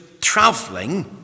traveling